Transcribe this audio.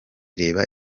reba